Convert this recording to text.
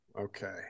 Okay